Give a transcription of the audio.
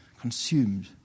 Consumed